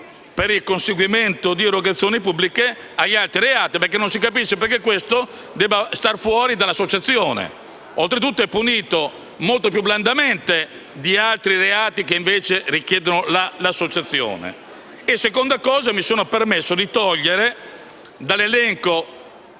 per il conseguimento di erogazioni pubbliche. Non si capisce, infatti, perché questo reato deve restare fuori dall'associazione, Oltretutto, è punito molto più blandamente di altri reati che invece richiedono l'associazione. In secondo luogo, mi sono permesso di togliere dall'elenco